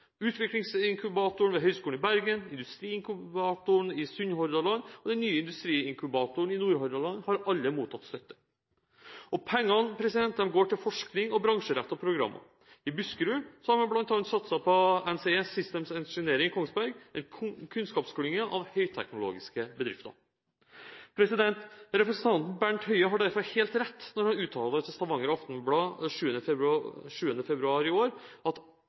Utviklingsinkubatoren ved Høgskolen i Bergen, industriinkubatoren i Sunnhordland og den nye industriinkubatoren i Nordhordland har alle mottatt støtte. Pengene går til forskning og bransjerettede programmer. I Buskerud har man bl.a. satset på NCE Systems Engineering på Kongsberg, en kunnskapsklynge av høyteknologiske bedrifter. Representanten Bent Høie hadde derfor helt rett da han uttalte til Stavanger Aftenblad 7.februar i år: